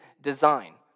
design